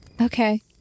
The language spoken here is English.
Okay